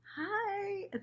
hi